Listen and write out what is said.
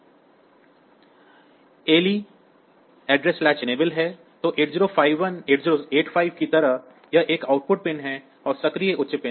ALE पता लैच सक्षम है तो 8085 की तरह यह एक आउटपुट पिन और सक्रिय उच्च पिन है